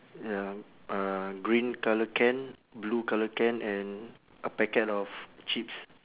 ya uh green colour can blue colour can and a packet of chips